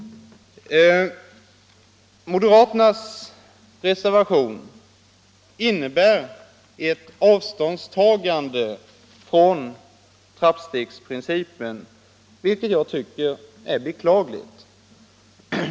Moderaternas reservation innebär ett avståndstagande från trappstegsprincipen, vilket jag tycker är beklagligt.